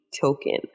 token